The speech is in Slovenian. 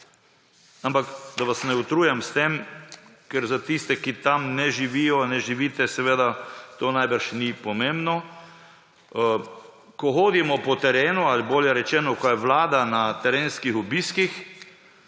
Ampak, da vas ne utrujam s tem, ker za tiste, ki tam ne živijo, ne živite, seveda to najbrž ni pomembno. Ko hodimo po terenu ali bolje rečeno, ko je vlada na terenskih obiskih,